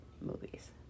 movies